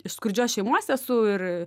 iš skurdžios šeimos esu ir